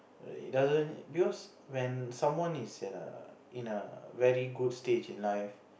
eh it doesn't because when someone is at a in a very good stage in life